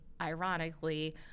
ironically